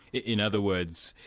in other words,